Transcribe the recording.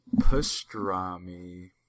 Pastrami